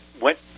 went